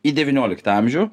į devynioliktą amžių